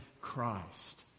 Christ